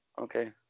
Okay